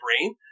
brain